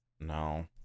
No